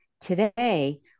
Today